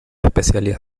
especialidad